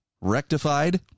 rectified